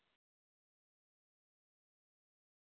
अच्छा हाँ ठीक है मैं बनवाती हूँ पानी ले आती हूँ